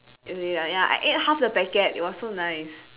is it ya ya I ate half the packet it was so nice